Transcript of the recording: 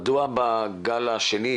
מדוע בגל השני,